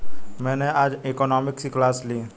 मैंने आज इकोनॉमिक्स की क्लास ली